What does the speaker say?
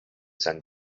san